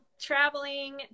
traveling